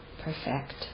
perfect